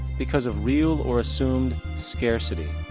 because of real or assumed scarcity.